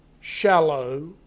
shallow